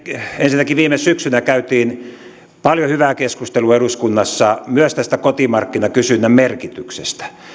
ensinnäkin viime syksynä käytiin paljon hyvää keskustelua eduskunnassa myös tästä kotimarkkinakysynnän merkityksestä